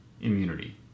immunity